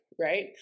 right